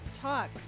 talk